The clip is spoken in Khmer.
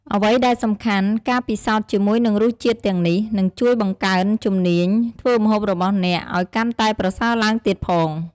អ្វីដែលសំខាន់ ការពិសោធន៍ជាមួយនឹងរសជាតិទាំងនេះ នឹងជួយបង្កើនជំនាញធ្វើម្ហូបរបស់អ្នកឱ្យកាន់តែប្រសើរឡើងទៀតផង។